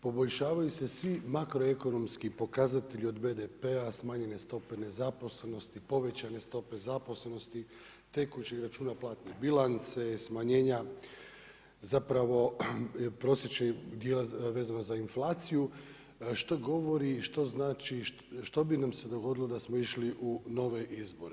Poboljšavaju se svi makroekonomski pokazatelji od BDP-a, smanjenje stope nezaposlenosti, povećane stope zaposlenosti, tekućeg računa platne bilance, smanjenja zapravo prosječnog dijela vezanog za inflaciju, što govori i što znači, što bi nam se dogodilo da smo išli u nove izbore.